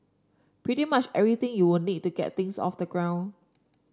pretty much everything you will need to get things off the ground